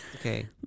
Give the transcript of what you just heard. Okay